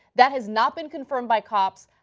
that has not been confirmed by cops,